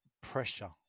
pressure